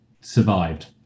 survived